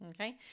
okay